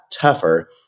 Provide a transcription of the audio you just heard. tougher